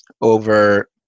over